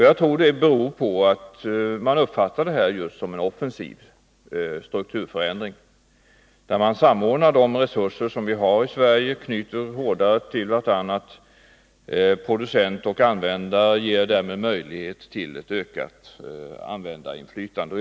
Jag tror att det beror på att man uppfattar detta som en offensiv strukturförändring, där vi samordnar de resurser som vi har i Sverige och knyter hårdare till varandra producenter och användare, varigenom vi ger möjlighet till ett ökat användarinflytande.